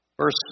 Verse